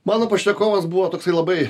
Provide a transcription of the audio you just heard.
mano pašnekovas buvo toksai labai